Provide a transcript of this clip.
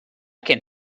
can